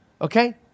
Okay